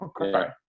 Okay